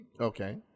Okay